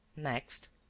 next,